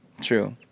True